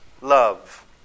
Love